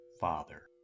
Father